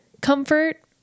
comfort